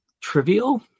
trivial